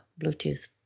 Bluetooth